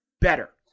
better